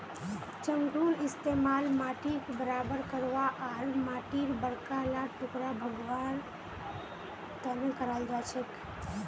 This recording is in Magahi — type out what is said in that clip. चंघूर इस्तमाल माटीक बराबर करवा आर माटीर बड़का ला टुकड़ा भंगवार तने कराल जाछेक